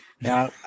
now